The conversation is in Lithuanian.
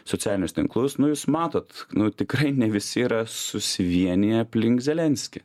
socialinius tinklus nu jūs matote na tikrai ne visi yra susivieniję aplink zelenskį